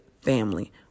family